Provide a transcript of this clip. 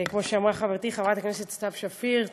כמו שאמרה חברתי חברת הכנסת סתיו שפיר,